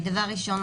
דבר ראשון,